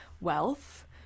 wealth